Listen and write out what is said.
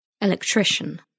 Electrician